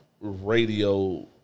radio